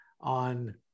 on